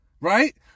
Right